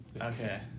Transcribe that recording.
Okay